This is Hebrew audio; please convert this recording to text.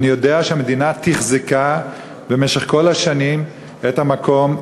אני יודע שהמדינה תחזקה במשך כל השנים את המקום,